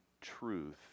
truth